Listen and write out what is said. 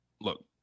look